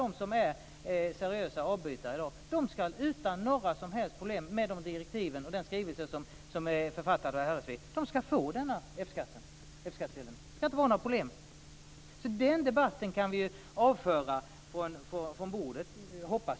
Alla de som är seriösa avbytare i dag skall utan några som helst problem, med de direktiv och med den skrivelse som är författad av RSV, få denna F-skattsedel. Det skall inte vara några problem, så den debatten hoppas jag att vi kan avföra från bordet.